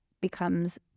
becomes